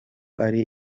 ari